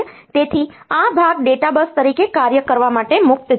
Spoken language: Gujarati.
તેથી આ ભાગ ડેટા બસ તરીકે કાર્ય કરવા માટે મુક્ત છે